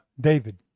David